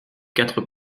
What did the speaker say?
quatre